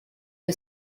que